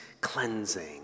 cleansing